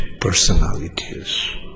personalities